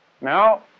Now